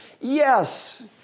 Yes